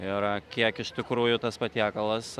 ir kiek iš tikrųjų tas patiekalas